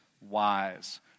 wise